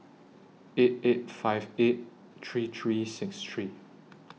eight eight five eight three three six three